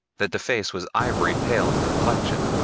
that the face was ivory pale in complexion,